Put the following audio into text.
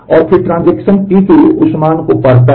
और फिर transaction T2 उस मान को पढ़ता है